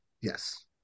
Yes